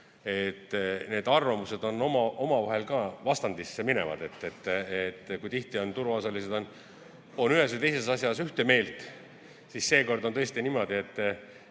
et arvamused on omavahel vastandisse minevad. Kui tihti on turuosalised ühes või teises asjas ühte meelt, siis seekord on tõesti niimoodi, et